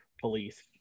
police